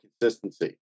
consistency